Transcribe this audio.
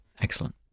Excellent